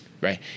right